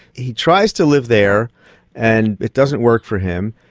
he tries to live there and it doesn't work for him.